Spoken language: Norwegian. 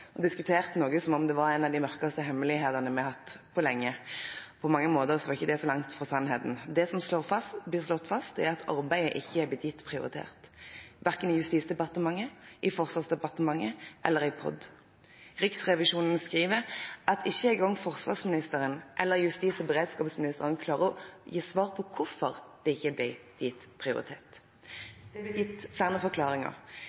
og boltet rom, og diskutert som om det var en av de mørkeste hemmelighetene vi har hatt på lenge. På mange måter var ikke det så langt fra sannheten. Det som blir slått fast, er at arbeidet ikke er blitt gitt prioritet, verken i Justis- og beredskapsdepartementet, i Forsvarsdepartementet eller i Politidirektoratet. Riksrevisjonen skriver at ikke en gang forsvarsministeren eller justis- og beredskapsministeren klarer å gi svar på hvorfor det ikke ble gitt prioritet. Det er blitt gitt flere forklaringer.